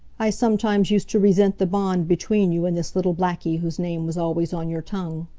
i sometimes used to resent the bond between you and this little blackie whose name was always on your tongue.